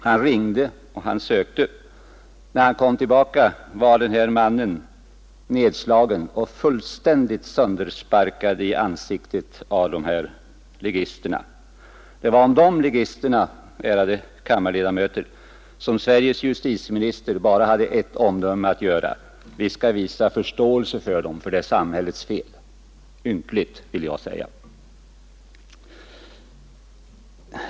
Han ringde och han sökte, och när han kom tillbaka var den man som utsatts för misshandeln nedslagen och fullständigt söndersparkad i ansiktet av ligisterna. Det var om de ligisterna, ärade kammarledamöter, som Sveriges justitieminister bara hade ett omdöme att göra: ”Vi skall visa förståelse för dem. Det hela är samhällets fel.” Ynkligt, vill jag säga.